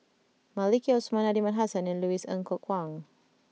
Maliki Osman Aliman Hassan and Louis Ng Kok Kwang